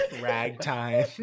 Ragtime